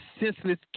senseless